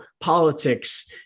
politics